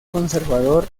conservador